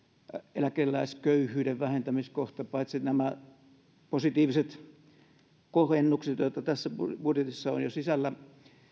eläkeläisköyhyyden vähentämiskohta paitsi nämä positiiviset kovennukset joita tässä budjetissa on jo sisällä